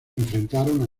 enfrentaron